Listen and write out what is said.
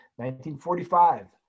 1945